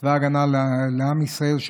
חיילי צבא ההגנה לעם ישראל,